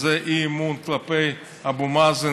זה אי-אמון כלפי אבו מאזן,